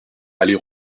aller